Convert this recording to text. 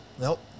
nope